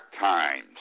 times